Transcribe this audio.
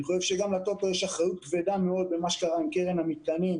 אני חושב שגם לטוטו יש אחריות כבדה מאוד עם מה שקורה עם קרן המתקנים.